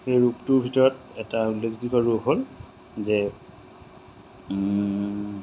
সেই ৰূপটোৰ ভিতৰত এটা উল্লেখযোগ্য ৰূপ হ'ল যে